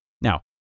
Now